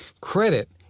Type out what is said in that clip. Credit